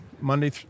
Monday